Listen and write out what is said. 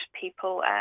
people